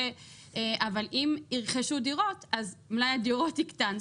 אבל אם ירכשו דירות אז מלאי הדירות יקטן,